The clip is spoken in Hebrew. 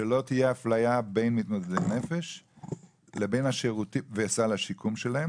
שלא תהיה אפליה בין התמודדות נפש וסל השיקום שלהם